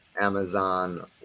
Amazon